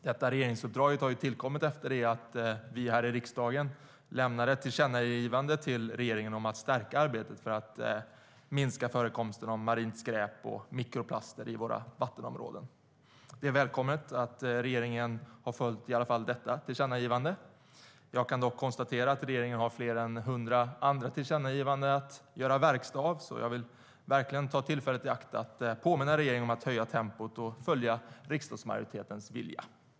Detta regeringsuppdrag har tillkommit efter att vi här i riksdagen lämnade ett tillkännagivande till regeringen om att stärka arbetet för att minska förekomsten av marint skärp och mikroplaster i våra vattenområden. Det är välkommet att regeringen har följt i alla fall detta tillkännagivande. Jag kan dock konstatera att regeringen har fler än 100 andra tillkännagivanden att göra verkstad av. Jag vill ta tillfället i akt och påminna regeringen om att höja tempot och följa riksdagsmajoritetens vilja.